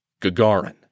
Gagarin